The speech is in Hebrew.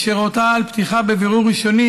אשר הורתה על פתיחה בבירור ראשוני